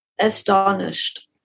astonished